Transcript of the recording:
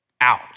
Out